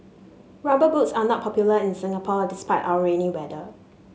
rubber boots are not popular in Singapore despite our rainy weather